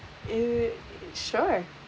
eh uh sure